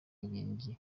inkingi